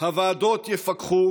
הוועדות יפקחו